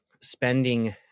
spending